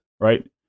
right